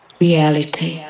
Reality